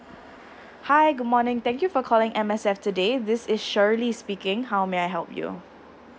hi good morning thank you for calling M_S_F today this is shirley speaking how may I help you